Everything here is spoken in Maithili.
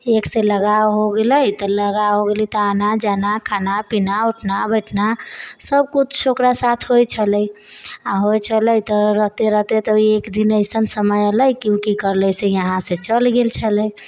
एकसँ लगाव होइ गेलै तऽ लगाव होइ गेलै तऽ आना जाना खाना पीना उठना बैठना सबकिछु ओकरा साथ होइ छलै आओर होइ छलै तऽ रहिते रहिते तऽ एक दिन अइसन समय अएलै कि ओ कि करलै से यहाँसँ चलि गेल छलै